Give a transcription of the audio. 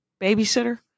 babysitter